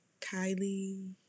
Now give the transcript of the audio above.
Kylie